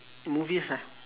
movies lah